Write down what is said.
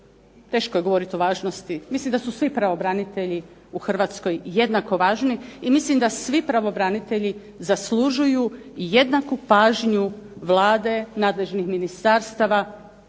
Teško je govoriti o važnosti, mislim da su svi pravobranitelji u Hrvatskoj jednako važni i da svi pravobranitelji zaslužuju jednaku pažnju Vlade, nadležnih ministarstava,